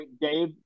Dave